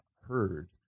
heard